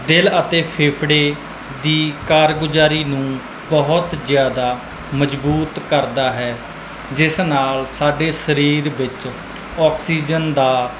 ਦਿਲ ਅਤੇ ਫੇਫੜੇ ਦੀ ਕਾਰਗੁਜ਼ਾਰੀ ਨੂੰ ਬਹੁਤ ਜ਼ਿਆਦਾ ਮਜ਼ਬੂਤ ਕਰਦਾ ਹੈ ਜਿਸ ਨਾਲ ਸਾਡੇ ਸਰੀਰ ਵਿੱਚ ਆਕਸੀਜਨ ਦਾ